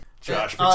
Josh